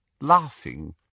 laughing